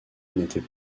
n’était